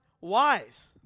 wise